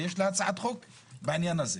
ויש לה הצעת חוק בעניין הזה.